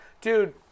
Dude